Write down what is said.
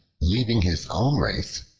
leaving his own race,